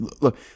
Look